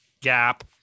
Gap